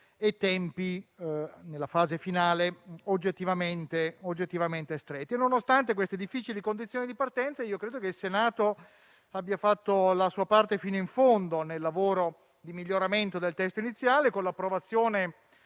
e tempi, nella fase finale, oggettivamente stretti. Nonostante queste difficili condizioni di partenza, credo che il Senato abbia fatto la sua parte fino in fondo nel lavoro di miglioramento del testo iniziale, con l'approvazione